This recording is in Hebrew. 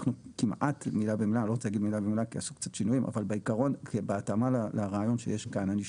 נטענו טענות של חלק מהחברות כי הן כלל לא ידעו שיש את התקנות הללו ולא